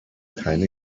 keine